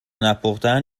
نپختن